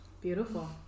Beautiful